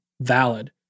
valid